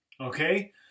Okay